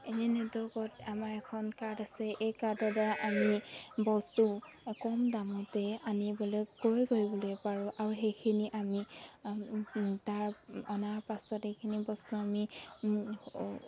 এনেই নেটৱৰ্কত আমাৰ এখন কাৰ্ড আছে এই কাৰ্ডৰ দ্বাৰা আমি বস্তু কম দামতে আনিবলৈ ক্ৰয় কৰিবলৈ পাৰোঁ আৰু সেইখিনি আমি তাৰ অনাৰ পাছত এইখিনি বস্তু আমি